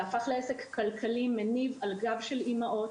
זה הפך לעסק כלכלי ומניב על גב של אימהות.